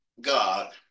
God